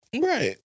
Right